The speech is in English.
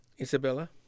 Isabella